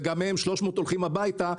וגם מתוכם 300 הולכים הביתה,